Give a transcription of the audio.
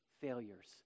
failures